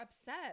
upset